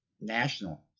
national